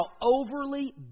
overly